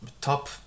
top